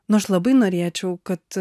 nu aš labai norėčiau kad